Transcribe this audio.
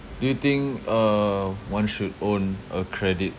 do you think uh one should own a credit